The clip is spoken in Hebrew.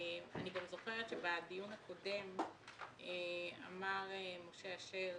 אני גם זוכרת שבדיון הקודם אמר משה אשר